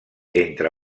entre